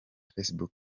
facebook